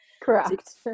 correct